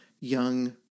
young